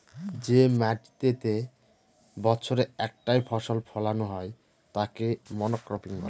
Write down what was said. যে মাটিতেতে বছরে একটাই ফসল ফোলানো হয় তাকে মনোক্রপিং বলে